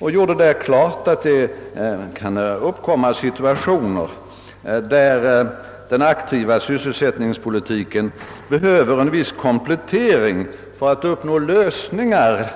Jag gjorde däri klart att det kan uppkomma situationer, där den aktiva sysselsättningspolitiken behöver en viss komplettering för att uppnå lösningar